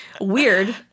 Weird